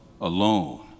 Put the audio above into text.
Alone